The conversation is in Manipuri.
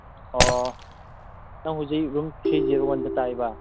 ꯑꯣ ꯅꯪ ꯍꯧꯖꯤꯛ ꯔꯨꯝ ꯊ꯭ꯔꯤ ꯖꯤꯔꯣ ꯋꯥꯟꯗ ꯇꯥꯏꯌꯦꯕ